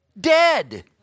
dead